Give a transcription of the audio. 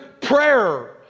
prayer